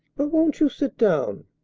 but won't you sit down?